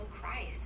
Christ